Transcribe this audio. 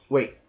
Wait